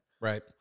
right